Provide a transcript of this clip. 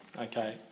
okay